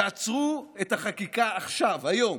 תעצרו את החקיקה עכשיו, היום,